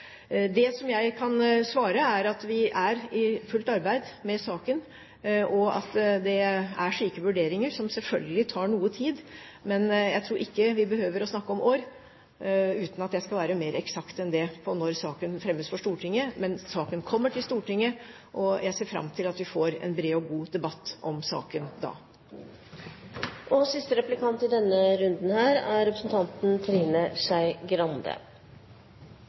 beste. Det jeg kan svare, er at vi er i fullt arbeid med saken, og at det er slike vurderinger som selvfølgelig tar noe tid, men jeg tror ikke vi behøver å snakke om år, uten at jeg skal være mer eksakt enn det på når saken fremmes for Stortinget. Men saken kommer til Stortinget, og jeg ser fram til at vi får en bred og god debatt om saken da. Jeg skal spørre om det som jeg tok opp i innlegget mitt som veldig mange opplever som svært krenkende og